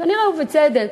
כנראה בצדק,